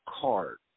card